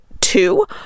two